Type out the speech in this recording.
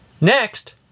Next